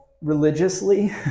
religiously